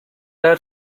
are